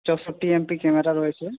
চৌষট্টি MP camera রয়েছে